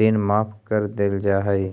ऋण माफ कर देल जा हई